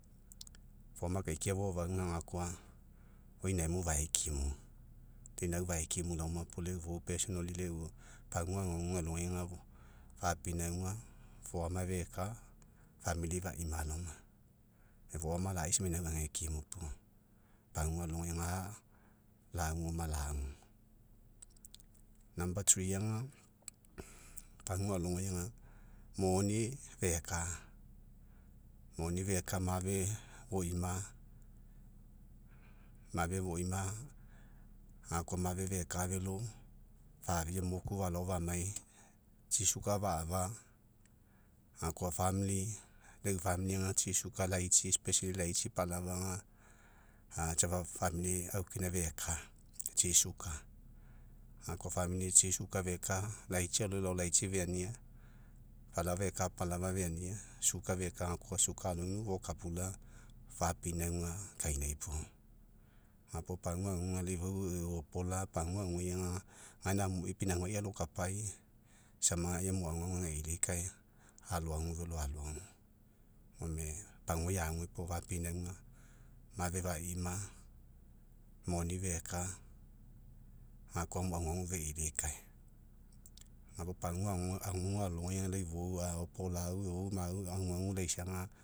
Foama akaikia fofauga, oi inaemu faekimu. Lau inau faekimu laomo puo, lau ifou lau eu, pagua aguaguga alogai ga, fapinaug foama feka, famili faima laoma. Faoma lai sama inau agekimu laoma puo, pagua alogai ga lagaoma lagu. aga, pagua alogai ga moni feka, moni feka, mafe foima, mafe foima gakoa mafe fekavelo, fafia moku falao famai, tsi suga fa'afa, gakoa lau eu ga, tsi, suga, laitsi laitsi, palave ga, a safa afakina feka, tsi suga, gakoa tsi suga feka, latsi alo elao, laitsi feania, palava eka, palava feania suga feka gakoa, suga fokapula, fopinauga kainai puo. Gapua pagua aguga, lau ifou eu opola, pagua ogugai aga, gaina amui pinaugai alokapai sama, emu aguagu ageilikae, aloagu velo, aloagu. Gome pagua ague puo fapinauga, mafe faima, moni feka, gakoa amo aguagu feilikae. Gapuo pagua aguga alogau, lai ifou, aopolau, ifou aguagu laisaga.